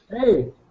Hey